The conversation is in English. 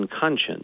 conscience